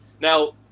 Now